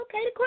okay